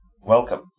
Welcome